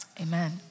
Amen